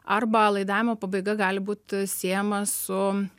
arba laidavimo pabaiga gali būt siejama su